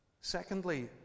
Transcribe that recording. Secondly